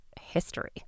history